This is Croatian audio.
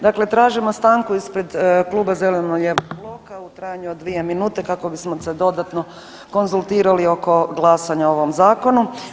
Dakle, tražimo stanku ispred Kluba zeleno-lijevog bloka u trajanju od 2 minute kako bismo se dodatno konzultirali oko glasanja o ovom zakonu.